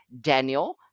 Daniel